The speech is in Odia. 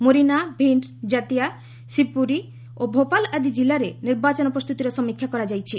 ମୋରିନା ଭିଷ୍ଟ ଜାତିୟା ଶିବପୁରୀ ଓ ଭୋପାଳ ଆଦି ଜିଲ୍ଲାରେ ନିର୍ବାଚନ ପ୍ରସ୍ତୁତିର ସମୀକ୍ଷା କରାଯାଇଛି